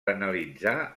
analitzar